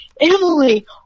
Emily